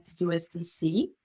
USDC